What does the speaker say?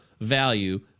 value